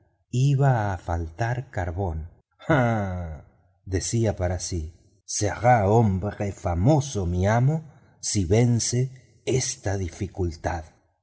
iba a faltar carbón ah decía para sí será hombre famoso mi amo si vence esta dificultad